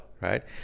right